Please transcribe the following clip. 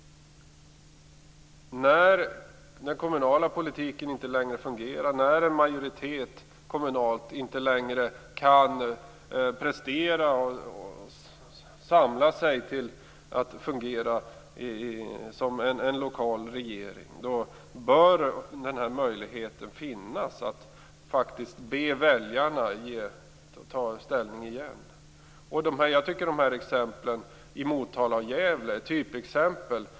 När den kommunala politiken inte längre fungerar, när en kommunal majoritet inte längre kan prestera och samla sig till att fungera som en lokal regering, då bör möjligheten finnas att faktiskt be väljarna att ta ställning igen. Jag tycker att exemplen i Motala och Gävle är typexempel.